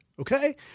Okay